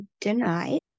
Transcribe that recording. denied